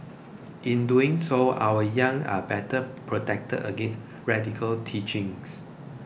in doing so our young are better protected against radical teachings